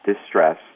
distress